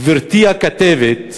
גברתי הכתבת,